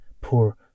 poor